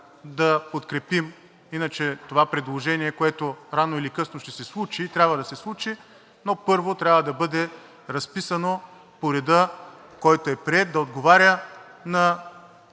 да подкрепим, иначе това предложение, което рано или късно ще се случи и трябва да се случи, но първо трябва да бъде разписано по реда, който е приет да отговаря на